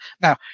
Now